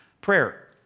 Prayer